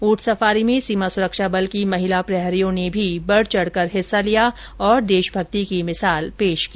ऊंट सफारी में सीमा सुरक्षा बल की महिला प्रहरियों ने भी बढ चढकर हिस्सा लिया और देशभक्ति की मिसाल पेश की